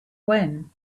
when